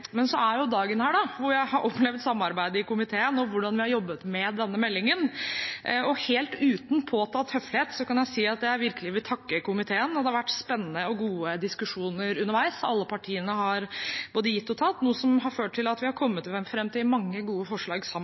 Men så er dagen her da jeg har opplevd samarbeidet i komiteen og hvordan vi har jobbet med denne meldingen, og helt uten påtatt høflighet kan jeg si at jeg virkelig vil takke komiteen. Det har vært spennende og gode diskusjoner underveis, alle partiene har både gitt og tatt, noe som har ført til at vi har kommet fram til mange gode forslag sammen.